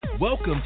Welcome